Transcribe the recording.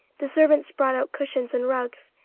the servants brought out cushions and rugs,